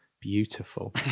beautiful